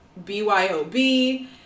BYOB